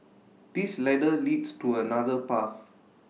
this ladder leads to another path